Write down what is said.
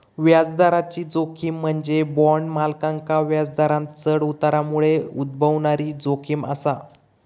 व्याजदराची जोखीम म्हणजे बॉण्ड मालकांका व्याजदरांत चढ उतारामुळे उद्भवणारी जोखीम असा